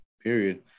Period